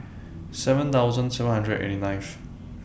seven thousand seven hundred eighty ninth